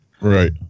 Right